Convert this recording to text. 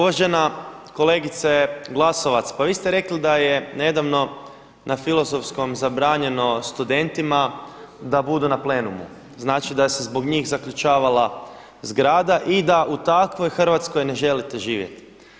Uvažena kolegice Glasovac, pa vi ste rekli da je nedavno na Filozofskom zabranjeno studentima da budu na plenumu, znači da se zbog njih zaključavala zgrada i da u takvoj Hrvatskoj ne želite živjeti.